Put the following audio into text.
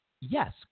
yes